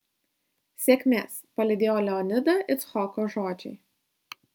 sėkmės palydėjo leonidą icchoko žodžiai